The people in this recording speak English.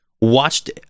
watched